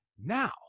Now